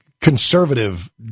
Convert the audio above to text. conservative